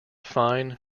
fine